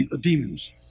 demons